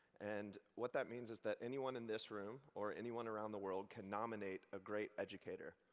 and what that means is that anyone in this room or anyone around the world can nominate a great educator.